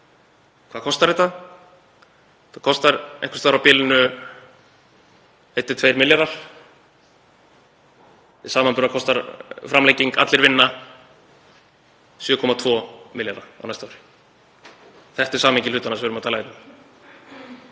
Hvað kostar það? Það kostar einhvers staðar á bilinu 1–2 milljarða. Til samanburðar kostar framlenging Allir vinna 7,2 milljarða á næsta ári. Þetta er samhengi hlutanna sem við erum að tala um hér.